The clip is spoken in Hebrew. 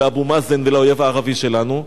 לאבו מאזן ולאויב הערבי שלנו.